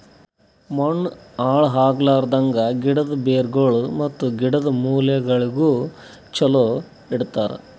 ಮಣ್ಣ ಹಾಳ್ ಆಗ್ಲಾರ್ದಂಗ್, ಗಿಡದ್ ಬೇರಗೊಳ್ ಮತ್ತ ಗಿಡದ್ ಮೂಲೆಗೊಳಿಗ್ ಚಲೋ ಇಡತರ್